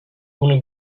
bunu